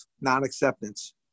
non-acceptance